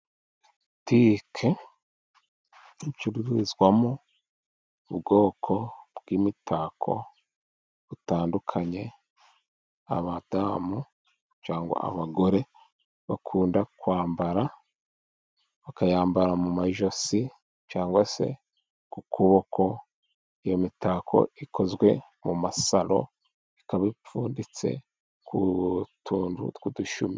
Butike icururizwamo ubwoko bw'imitako butandukanye, abadamu cyangwa abagore bakunda kwambara, bakayambara mu majosi, cyangwa se ku kuboko, iyo mitako ikozwe mu masaro, ikaba ipfunditse ku tuntu tw'udushumi.